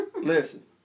Listen